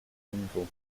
meaningful